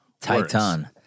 Titan